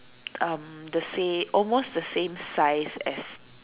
um the same almost the same size as